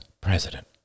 president